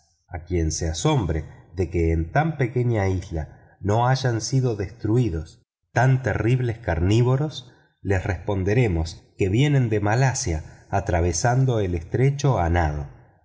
a quien se asombre de que en tan pequeña isla no hayan sido destruidos esos terribles carnívoros les responderemos que vienen de malaca atravesando el estrecho a nado